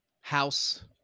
House